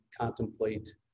contemplate